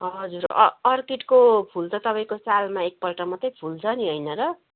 हजुर अर्किडको फुल त तपाईँको सालमा एक पल्ट मात्र फुल्छ नि होइन र